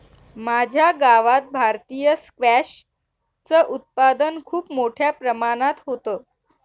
माझ्या गावात भारतीय स्क्वॅश च उत्पादन खूप मोठ्या प्रमाणात होतं